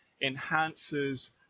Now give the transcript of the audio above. enhances